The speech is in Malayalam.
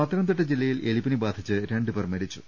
പത്തനംതിട്ട ജില്ലയിൽ എലിപ്പനി ബാധിച്ച് രണ്ട് പേർ മരിച്ചു